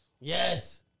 Yes